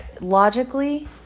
logically